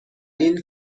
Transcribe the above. این